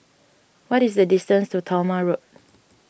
what is the distance to Talma Road